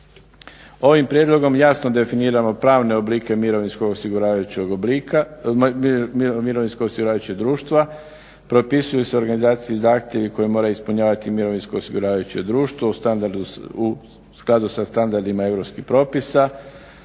Ovim prijedlogom jasno definiramo pravne oblike mirovinskog osiguravajućeg društva, propisuju se organizacijski zahtjevi koji moraju ispunjavati mirovinsko osiguravajuće društvo u skladu sa standardima europskih propisa,